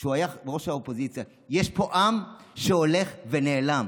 כשהוא היה ראש האופוזיציה: יש פה עם שהולך ונעלם.